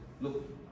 Look